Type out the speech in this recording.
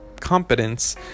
competence